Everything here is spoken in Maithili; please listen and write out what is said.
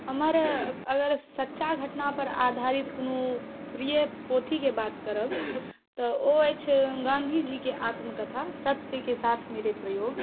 हमर अगर सच्चा घटना पर आधारित कोनो प्रिय पोथीके बात करब तऽ ओ अछि गाँधी जीके आत्मकथा सत्य के साथ मेरे प्रयोग